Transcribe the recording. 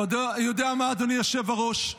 אתה יודע מה, אדוני היושב-ראש?